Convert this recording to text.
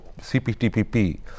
CPTPP